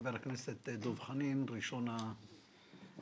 חבר הכנסת דב חנין, ראשון השואלים.